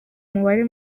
mubare